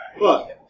Look